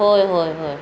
होय होय होय